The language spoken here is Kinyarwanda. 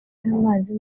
y’amazi